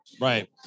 Right